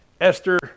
Esther